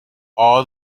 all